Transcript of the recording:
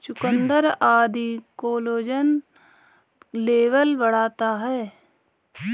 चुकुन्दर आदि collagen level बढ़ाता है